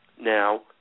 now